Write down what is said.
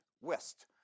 West